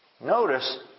Notice